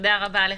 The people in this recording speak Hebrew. תודה רבה לך.